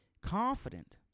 confident